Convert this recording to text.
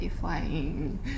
flying